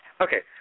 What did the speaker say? Okay